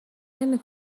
نمی